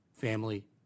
family